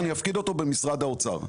אני אפקיד אותו במשרד האוצר.